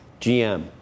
GM